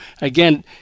again